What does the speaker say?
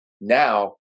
now